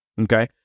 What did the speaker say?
Okay